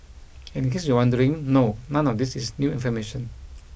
and in case you're wondering no none of these is new information